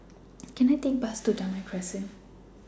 Can I Take A Bus to Damai Crescent